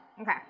Okay